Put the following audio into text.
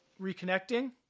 reconnecting